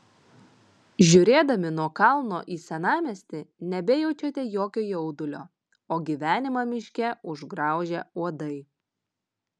žiūrėdami nuo kalno į senamiestį nebejaučiate jokio jaudulio o gyvenimą miške užgraužė uodai